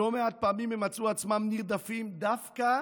לא מעט פעמים הם מצאו עצמם נרדפים דווקא